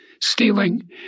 stealing